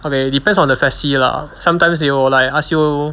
okay depends on the faci lah sometimes they will like ask you